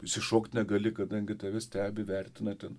išsišokt negali kadangi tave stebi vertina ten